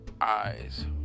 eyes